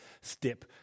step